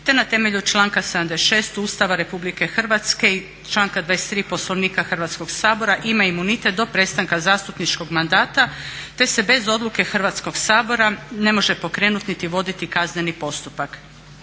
te na temelju članka 76. Ustava RH i članka 23. Poslovnika Hrvatskog sabora ima imunitet do prestanka zastupničkog mandata te se bez odluke Hrvatskog sabora ne može pokrenuti niti voditi kazneni postupak.